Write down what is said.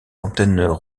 antennes